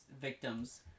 victims